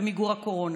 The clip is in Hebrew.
למיגור הקורונה.